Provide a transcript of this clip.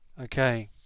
Okay